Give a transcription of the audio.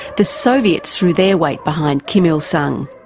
the soviets threw their weight behind kim il-sung.